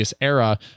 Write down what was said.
era